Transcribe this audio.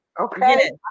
Okay